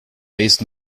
based